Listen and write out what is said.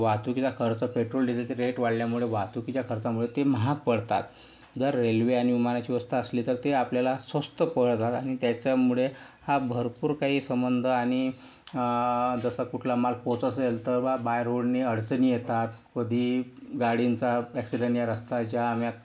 वाहतुकीचा खर्च पेट्रोल डिझेलचे रेट वाढल्यामुळे वाहतुकीच्या खर्चामुळे ते महाग पडतात जर रेल्वे आणि विमानाची व्यवस्था असली तर ते आपल्याला स्वस्त पडतात आणि त्याच्यामुळे हा भरपूर काही संबंध आणि जसा कुठला माल पोहोचत असेल तर बा बाय रोडने अडचणी येतात कधी गाडींचा ॲक्सीडेंट या रस्ता जाम या